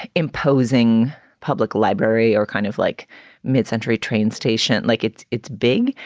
imposing public library or kind of like mid-century train stations, like it's it's big.